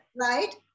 Right